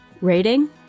Rating